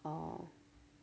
oh